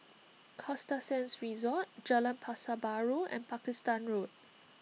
Costa Sands Resort Jalan Pasar Baru and Pakistan Road